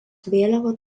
vėliava